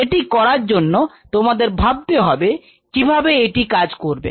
এটি করার জন্য তোমাদের ভাবতে হবে কিভাবে এটি কাজ করবে